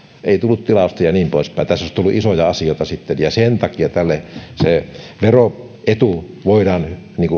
ei tullut tilausta ja niin poispäin tässä olisi tullut isoja asioita sitten sen takia se veroetu voidaan